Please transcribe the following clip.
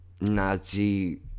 nazi